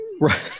Right